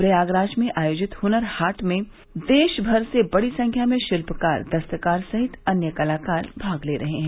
प्रयागराज में आयोजित हुनर हाट में देश भर से बड़ी संख्या में शिल्पकार दस्तकार सहित अन्य कलाकार भाग ले रहे हैं